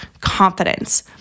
confidence